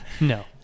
No